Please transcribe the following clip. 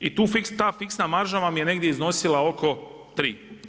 I ta fiksna marža vam je negdje iznosila oko 3%